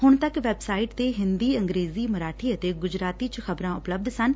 ਹੁਣ ਤੱਕ ਵੈਬਸਾਈਟ ਤੇ ਹਿੰਦੀ ਅੰਗਰੇਜੀ ਮਰਾਠੀ ਅਤੇ ਗੁਜਰਾਤੀ ਚ ਖ਼ਬਰਾਂ ਉਪਲਬੱਧ ਸਨ